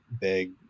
big